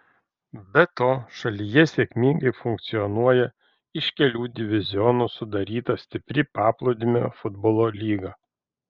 be to šalyje sėkmingai funkcionuoja iš kelių divizionų sudaryta stipri paplūdimio futbolo lyga